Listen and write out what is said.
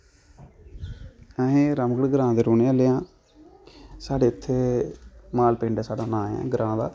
अस रामगढ़ ग्रांऽ दे रौह्ने आह्ले आं साढ़ै इत्थें माल पिंड साढ़ा नांऽ ऐ ग्रांऽ दा